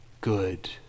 good